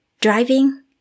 Driving